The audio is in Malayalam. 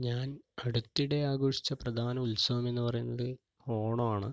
ഞാൻ അടുത്തിടെ ആഘോഷിച്ച പ്രധാന ഉത്സവം എന്നു പറയുന്നത് ഓണം ആണ്